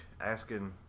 asking